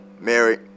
married